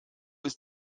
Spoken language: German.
ist